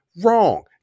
wrong